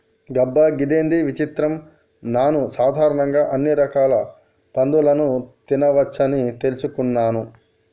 అబ్బ గిదేంది విచిత్రం నాను సాధారణంగా అన్ని రకాల పందులని తినవచ్చని తెలుసుకున్నాను